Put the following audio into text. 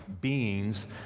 beings